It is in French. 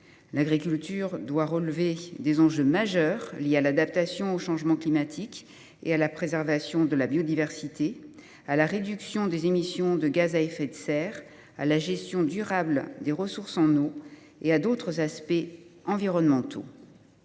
L’agriculture doit, en effet, relever des défis majeurs liés à l’adaptation au changement climatique, à la préservation de la biodiversité, à la réduction des émissions de gaz à effet de serre, à la gestion durable des ressources en eau, et à d’autres aspects environnementaux.